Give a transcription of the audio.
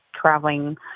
traveling